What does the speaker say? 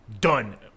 done